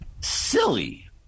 silly